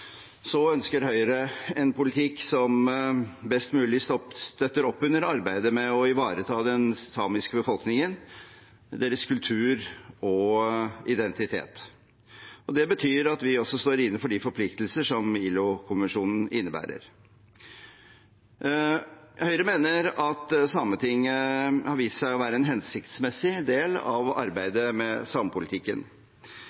ønsker Høyre en politikk som best mulig støtter opp under arbeidet med å ivareta den samiske befolkningen, deres kultur og identitet. Det betyr at vi også står inne for de forpliktelser som ILO-konvensjonen innebærer. Høyre mener at Sametinget har vist seg å være en hensiktsmessig del av